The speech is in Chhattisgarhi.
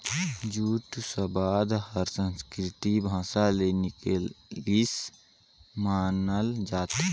जूट सबद हर संस्कृति भासा ले निकलिसे मानल जाथे